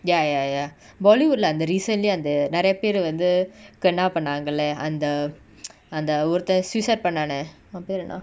ya ya ya bollywood lah அந்த:antha recently அந்த நெரயபேர் வந்து:antha nerayaper vanthu canow பன்னாங்கலா அந்த:pannangala antha அந்த ஒருத்த:antha orutha suicide பண்ணான அவ பேரு என்ன:pannaana ava peru enna